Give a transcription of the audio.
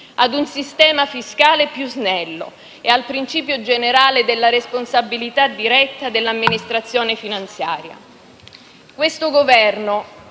a un sistema fiscale più snello e al principio generale della responsabilità diretta dell'amministrazione finanziaria.